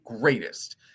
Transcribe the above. greatest